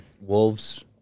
Wolves –